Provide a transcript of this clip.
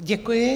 Děkuji.